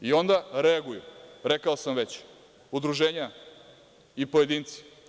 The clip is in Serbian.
I, onda reaguju, rekao sam već udruženja i pojedinci.